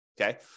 Okay